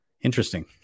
Interesting